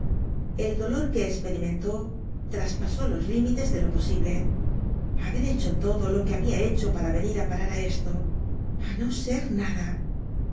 el dolor que esperimentó traspasó los límites de lo posible haber hecho todo lo que habia hecho para venir á parar á esto a no ser nada